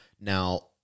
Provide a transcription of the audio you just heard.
now